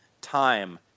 time